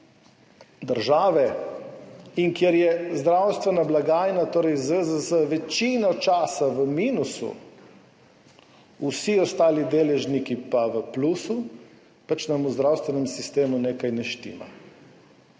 države, in kjer je zdravstvena blagajna, torej ZZZS, večino časa v minusu, vsi ostali deležniki pa v plusu, nam v zdravstvenem sistemu pač nekaj ne štima.